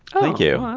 thank you. um